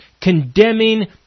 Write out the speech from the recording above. condemning